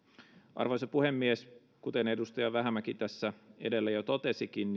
arvoisa puhemies kuten edustaja vähämäki tässä edellä jo totesikin